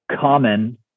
common